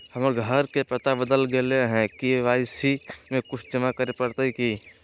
हमर घर के पता बदल गेलई हई, के.वाई.सी में कुछ जमा करे पड़तई की?